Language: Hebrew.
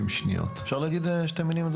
אני רוצה להגיד שתי מילים.